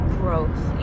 growth